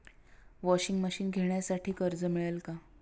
Washing machine घेण्यासाठी कर्ज मिळेल का?